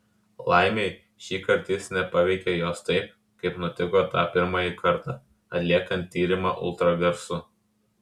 laimei šįkart jis nepaveikė jos taip kaip nutiko tą pirmąjį kartą atliekant tyrimą ultragarsu